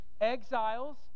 exiles